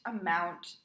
amount